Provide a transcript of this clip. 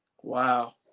Wow